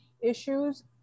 issues